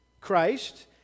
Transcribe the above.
Christ